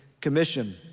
commission